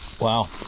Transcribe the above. wow